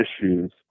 issues